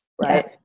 Right